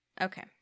Okay